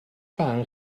barn